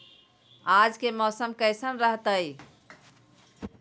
आज के मौसम कैसन रहताई?